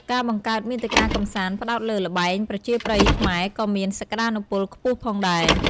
ការបង្កើតមាតិកាកម្សាន្ត ផ្តោតលើ ល្បែងប្រជាប្រិយខ្មែរក៏មាន សក្តានុពលខ្ពស់ផងដែរ។